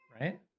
Right